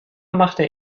machte